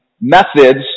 methods